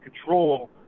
control